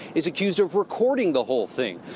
is accused of recording the whole thing.